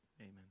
amen